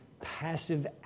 passive